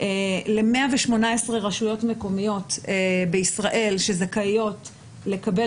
ל-118 רשויות מקומיות בישראל שזכאיות לקבל